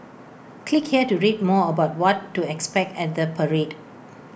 click here to read more about what to expect at the parade